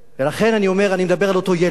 ולכן אני אומר, אני מדבר על אותו ילד